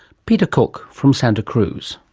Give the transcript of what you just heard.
peter cook from santa cruz.